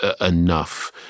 enough